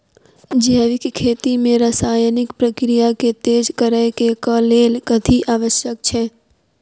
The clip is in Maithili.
जैविक खेती मे रासायनिक प्रक्रिया केँ तेज करै केँ कऽ लेल कथी आवश्यक छै?